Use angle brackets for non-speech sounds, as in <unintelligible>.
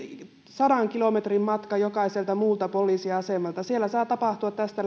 sadan kilometrin matka jokaiselta muulta poliisiasemalta saa tapahtua tästä <unintelligible>